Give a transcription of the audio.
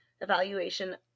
evaluation